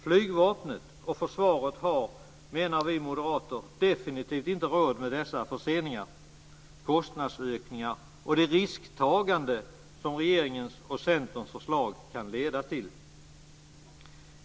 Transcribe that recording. Flygvapnet och försvaret har, menar vi moderater, definitivt inte råd med dessa förseningar, kostnadsökningar och det risktagande som regeringens och Centerns förslag kan leda till.